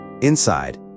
Inside